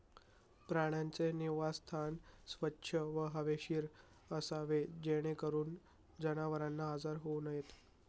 प्राण्यांचे निवासस्थान स्वच्छ व हवेशीर असावे जेणेकरून जनावरांना आजार होऊ नयेत